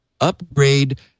upgrade